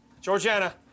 Georgiana